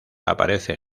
aparece